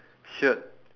shirt